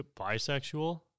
bisexual